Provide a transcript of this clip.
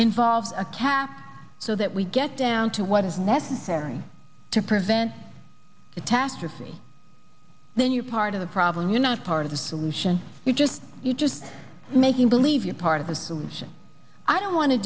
involves a cap so that we get down to what is necessary to prevent attach a c then you're part of the problem you're not part of the solution you just you just making believe you're part of the solution i don't want to